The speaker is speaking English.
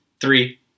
three